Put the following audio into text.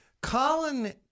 Colin